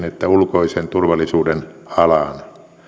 että ulkoisen turvallisuuden alaan